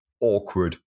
awkward